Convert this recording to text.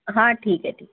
हां ठीक आहे ठीक